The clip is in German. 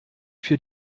für